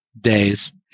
days